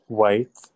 white